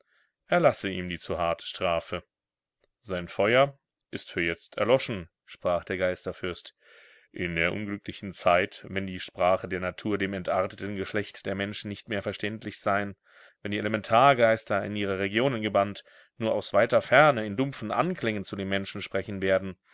verwüstet erlasse ihm die zu harte strafe sein feuer ist für jetzt erloschen sprach der geisterfürst in der unglücklichen zeit wenn die sprache der natur dem entarteten geschlecht der menschen nicht mehr verständlich sein wenn die elementargeister in ihre regionen gebannt nur aus weiter ferne in dumpfen anklängen zu dem menschen sprechen werden